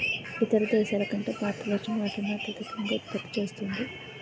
ఇతర దేశాల కంటే భారతదేశం అరటిని అత్యధికంగా ఉత్పత్తి చేస్తుంది